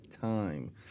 time